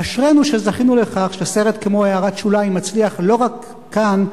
אשרינו שזכינו לכך שסרט כמו "הערת שוליים" מצליח לא רק כאן,